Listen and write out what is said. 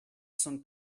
some